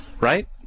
right